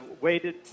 waited